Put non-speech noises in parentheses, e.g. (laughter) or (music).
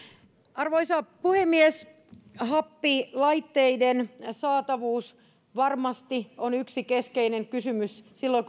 arvoisa puhemies happilaitteiden saatavuus varmasti on yksi keskeinen kysymys silloin (unintelligible)